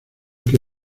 que